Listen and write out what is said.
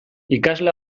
ikasle